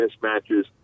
mismatches